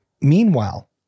meanwhile